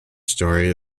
story